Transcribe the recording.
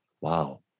wow